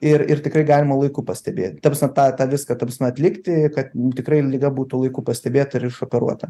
ir ir tikrai galima laiku pastebėt ta prasme tą tą viską ta prasme atlikti kad tikrai nu liga būtų laiku pastebėta ir išoperuota